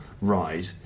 ride